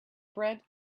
bread